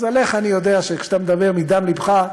אז עליך אני יודע שכשאתה מדבר מדם לבך,